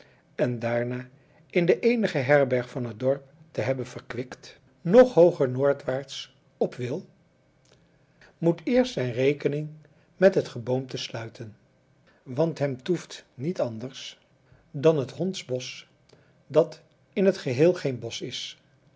en daarna in de eenige herberg van het dorp te hebben verkwikt nog hooger noordwaarts op wil moet eerst zijn rekening met het geboomte sluiten want hem toeft niet anders dan het hondsbosch dat in het geheel geen bosch is